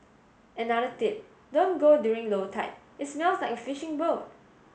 another tip don't go during low tide it smells like a fishing boat